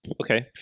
Okay